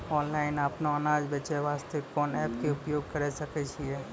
Online अपनो अनाज बेचे वास्ते कोंन एप्प के उपयोग करें सकय छियै?